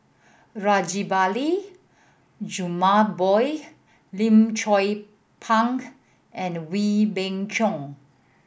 Rajabali Jumabhoy Lim Chong Pang and Wee Beng Chong